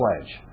pledge